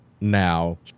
now